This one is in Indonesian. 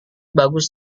bagus